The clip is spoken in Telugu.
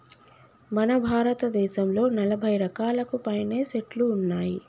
మన భారతదేసంలో నలభై రకాలకు పైనే సెట్లు ఉన్నాయి